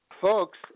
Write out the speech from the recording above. Folks